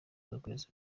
z’ukwezi